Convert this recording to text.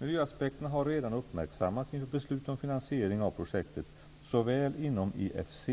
Miljöaspekterna har redan uppmärksammats inför beslut om finansiering av projektet, såväl inom IFC